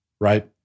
right